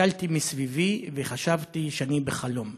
הסתכלתי מסביבי וחשבתי שאני בחלום,